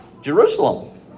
Jerusalem